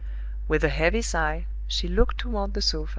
with a heavy sigh she looked toward the sofa,